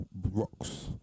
rocks